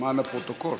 למען הפרוטוקול,